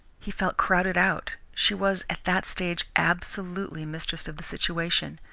he felt crowded out. she was, at that stage, absolutely mistress of the situation.